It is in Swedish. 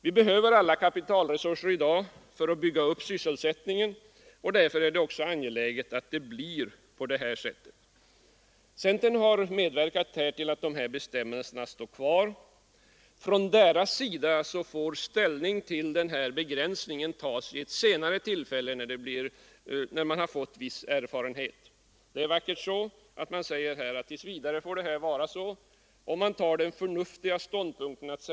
Vi behöver alla kapitalresurser i dag för att bygga upp sysselsättningen, och därför är det också angeläget att det blir på det här sättet. Centern har här medverkat till att dessa bestämmelser står kvar. Från centerns sida får ställning till begränsningen tas vid ett senare tillfälle, när man har fått viss erfarenhet. Man säger att det tills vidare får vara på detta sätt, och man intar den förnuftiga ståndpunkten att den försöksverksamhet som nu äger rum kommer att visa hur stort intresse det finns för fonden hos näringslivet, på vad sätt aktieköpen kommer att äga rum osv. Det är vackert så.